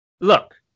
Look